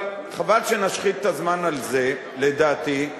אבל חבל שנשחית את הזמן על זה, לדעתי,